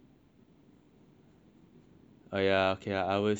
oh ya ok ah I will assume it's a company sia